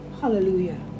Hallelujah